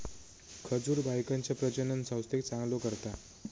खजूर बायकांच्या प्रजननसंस्थेक चांगलो करता